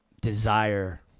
desire